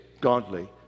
godly